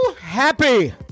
happy